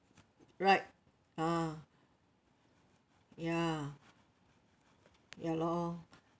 right ah ya ya lor